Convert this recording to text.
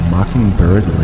Mockingbird